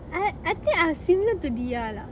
I I think I'm similar to diah lah